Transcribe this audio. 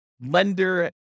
lender